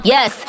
Yes